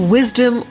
Wisdom